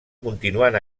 continuant